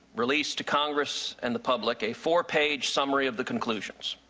released to congress and the public, a four-page summary of the conclusions.